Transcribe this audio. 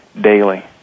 daily